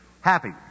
happy